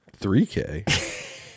3K